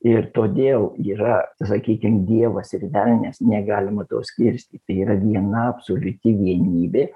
ir todėl yra sakykim dievas ir velnias negalima to skirstyti yra viena absoliuti vienybė